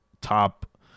top